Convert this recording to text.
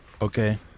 Okay